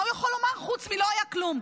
מה הוא יכול לומר חוץ מ"לא היה כלום"?